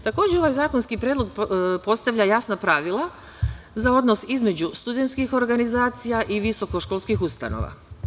Takođe, ovaj zakonski predlog postavlja jasna pravila za odnos između studentskih organizacija i visokoškolskih ustanova.